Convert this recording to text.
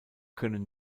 können